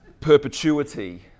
perpetuity